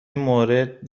مورد